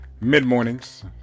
mid-mornings